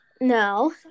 No